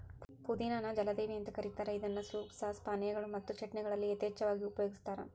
ಪುದಿನಾ ನ ಜಲದೇವಿ ಅಂತ ಕರೇತಾರ ಇದನ್ನ ಸೂಪ್, ಸಾಸ್, ಪಾನೇಯಗಳು ಮತ್ತು ಚಟ್ನಿಗಳಲ್ಲಿ ಯಥೇಚ್ಛವಾಗಿ ಉಪಯೋಗಸ್ತಾರ